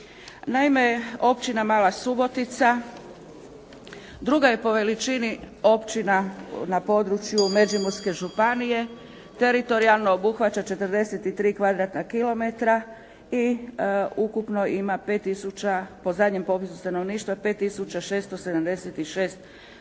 Naime, Općina Mala Subotica druga je po veličini općina na području Međimurske županije, teritorijalno obuhvaća 43 kvadratna kilometra i ukupno ima 5 tisuća, po zadnjem popisu stanovništva 5676